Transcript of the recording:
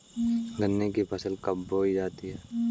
गन्ने की फसल कब बोई जाती है?